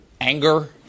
anger